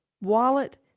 wallet